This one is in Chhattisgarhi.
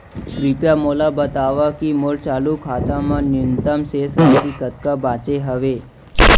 कृपया मोला बतावव की मोर चालू खाता मा न्यूनतम शेष राशि कतका बाचे हवे